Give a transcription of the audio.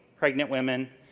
pregnant women,